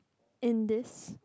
in this